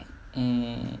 mm